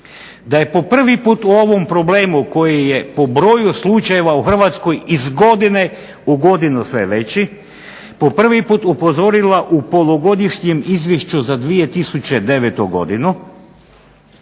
da je po prvi put u ovom problemu koji je po broju slučajeva u Hrvatskoj iz godine u godinu sve veći po prvi put upozorila u Polugodišnjem izvješću za 2009. godinu